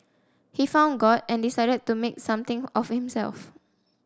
he found God and decided to make something of himself